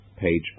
Page